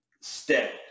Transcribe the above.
step